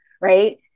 right